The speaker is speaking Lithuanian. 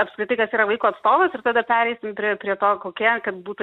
apskritai kas yra vaiko atstovas ir tada pereisim prie prie to kokie kad būtų